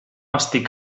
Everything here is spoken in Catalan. estic